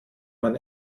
man